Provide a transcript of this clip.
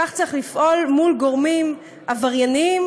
שכך צריך לפעול מול גורמים עברייניים,